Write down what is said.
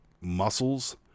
muscles